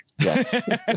Yes